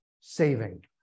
saving